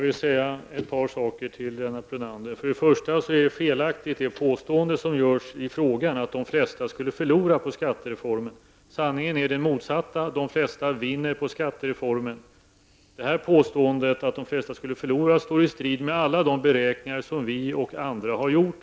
Herr talman! Påståendet i frågan att de flesta skulle förlora på skattereformen är felaktig. Sanningen är den motsatta: de flesta vinner på skattereformen. Påståendet att de flesta skulle förlora står i strid med alla beräkningar som vi och andra har gjort.